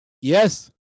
yes